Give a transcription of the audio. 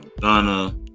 Donna